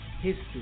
history